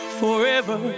forever